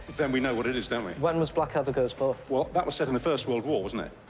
then we know what it is, don't we? when was blackadder goes forth? well, that was set in the first world war, wasn't it?